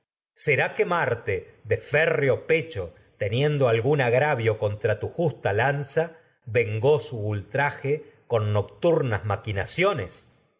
cerval que marte tu férreo pecho vengó teniendo su agravio contra justa lanza ultraje nocturnas maquinaciones